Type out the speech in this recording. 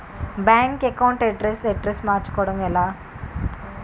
Bank account address మార్చుకోవడం ఎలా?